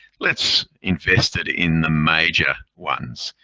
let's invest it in the major ones.